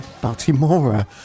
Baltimore